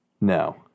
No